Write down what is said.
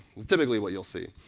it's typically what you'll see.